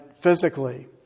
physically